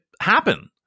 happen